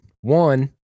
One